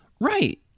Right